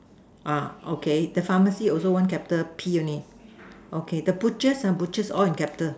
uh okay the pharmacy also one capital P only okay the butchers ah butchers all in capital